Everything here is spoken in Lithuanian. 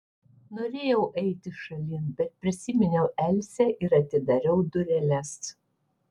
norėjau eiti šalin bet prisiminiau elzę ir atidariau dureles